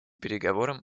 переговорам